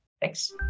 Thanks